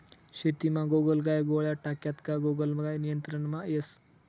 शेतीमा गोगलगाय गोळ्या टाक्यात का गोगलगाय नियंत्रणमा येस